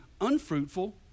unfruitful